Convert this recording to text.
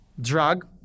drug